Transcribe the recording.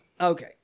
Okay